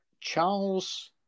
Charles